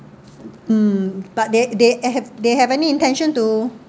mm but they they have they have any intention to